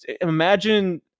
imagine